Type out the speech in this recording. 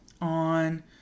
on